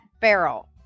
barrel